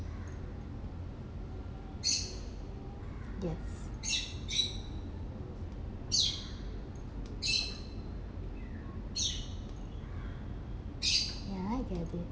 yes ya I get it